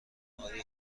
آیا